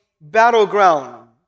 battleground